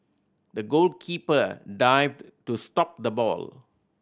the goalkeeper dived to stop the ball